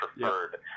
preferred